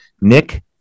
Nick